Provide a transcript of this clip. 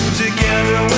together